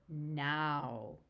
now